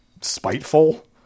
spiteful